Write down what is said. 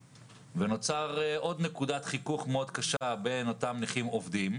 ונוצרה עוד נקודת חיכוך קשה מאוד בין אותם נכים עובדים,